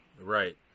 Right